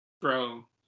Bro